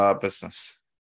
business